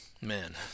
Man